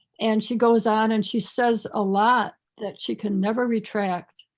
and she goes on and she says a lot that she can never retract.